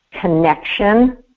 connection